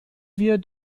wir